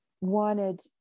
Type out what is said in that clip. wanted